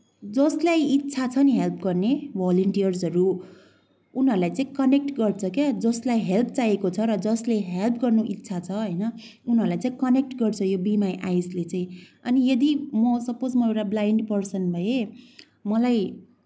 जसलाई इच्छा छ नि हेल्प गर्ने भोलिन्टियर्सहरू उनीहरूलाई कनेक्ट गर्छ क्या जसलाई हेल्प चाहिएको छ जसले हेल्प गर्न इच्छा छ होइन उनीहरूलाई चाहिँ कनेक्ट गर्छ यो बि माई आइजले चाहिँ अनि यदि म सपोज म एउटा ब्लाइन्ड पर्सन भए मलाई